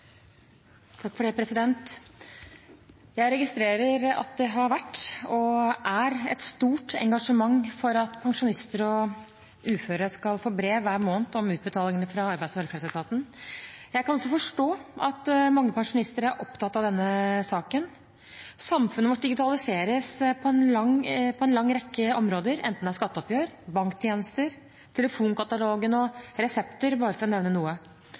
har vært, og er, et stort engasjement for at pensjonister og uføre skal få brev hver måned om utbetalinger fra Arbeids- og velferdsetaten. Jeg kan også forstå at mange pensjonister er opptatt av denne saken. Samfunnet vårt digitaliseres på en lang rekke områder, enten det er skatteoppgjør, banktjenester, telefonkatalogen eller resepter – bare for å nevne noe.